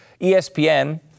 ESPN